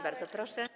Bardzo proszę.